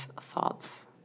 thoughts